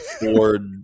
Ford